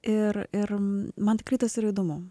ir ir man tikrai tas yra įdomu